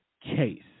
case